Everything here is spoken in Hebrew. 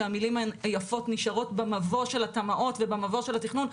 שהמילים היפות נשארות במבוא של התמ"אות ושל התכנון.